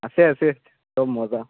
আছে আছে চব মজা